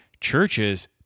churches